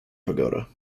pagoda